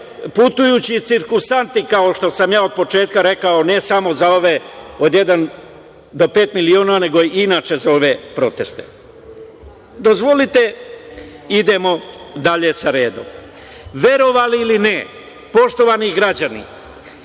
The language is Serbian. putujući cirkusanti, kao što sam ja od početka rekao, ne samo za ove od "Jedan do pet miliona" nego i inače za ove proteste. Dozvolite, idemo dalje redom. Verovali ili ne, poštovani građani,